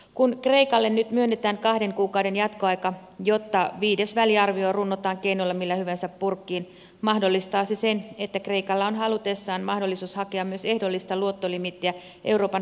kun kreikalle nyt myönnetään kahden kuukauden jatkoaika jotta viides väliarvio runnotaan keinolla millä hyvänsä purkkiin mahdollistaa se sen että kreikalla on halutessaan mahdollisuus hakea myös ehdollista luottolimiittiä euroopan vakausmekanismista